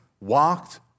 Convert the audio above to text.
walked